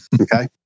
Okay